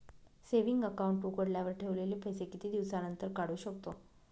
Saving account उघडल्यावर ठेवलेले पैसे किती दिवसानंतर काढू शकतो?